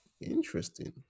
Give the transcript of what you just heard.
Interesting